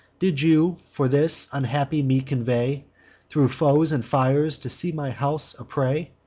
did you, for this, unhappy me convey thro' foes and fires, to see my house a prey?